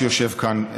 שיושב כאן,